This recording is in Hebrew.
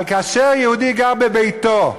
אבל כאשר יהודי גר בביתו,